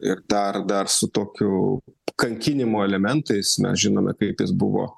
ir dar dar su tokiu kankinimo elementais mes žinome kaip jis buvo